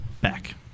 back